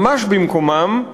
ממש במקומם,